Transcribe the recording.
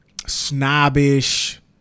snobbish